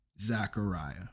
Zachariah